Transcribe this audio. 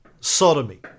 sodomy